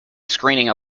screening